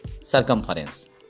circumference